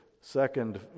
second